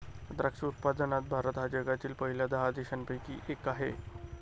द्राक्ष उत्पादनात भारत हा जगातील पहिल्या दहा देशांपैकी एक आहे